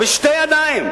בשתי ידיים.